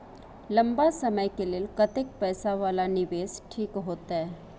लंबा समय के लेल कतेक पैसा वाला निवेश ठीक होते?